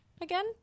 again